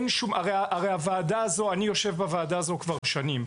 אני יושב בוועדה הזו כבר שנים,